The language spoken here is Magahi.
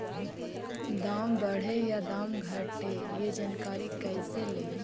दाम बढ़े या दाम घटे ए जानकारी कैसे ले?